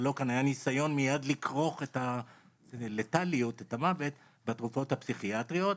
אבל כאן היה ניסיון מיד לכרוך את המוות בתרופות הפסיכיאטריות,